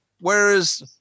Whereas